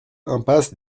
impasse